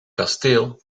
kasteel